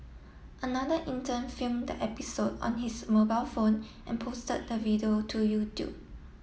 another intern filmed the episode on his mobile phone and posted the video to YouTube